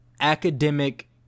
academic